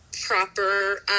proper